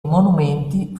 monumenti